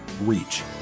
reach